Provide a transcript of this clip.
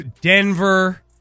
Denver